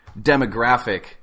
demographic